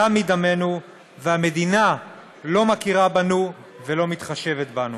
דם מדמנו, והמדינה לא מכירה בנו ולא מתחשבת בנו.